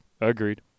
Agreed